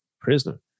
Prisoner